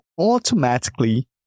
automatically